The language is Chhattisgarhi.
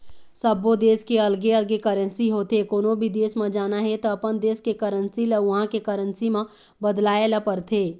सब्बो देस के अलगे अलगे करेंसी होथे, कोनो भी देस म जाना हे त अपन देस के करेंसी ल उहां के करेंसी म बदलवाए ल परथे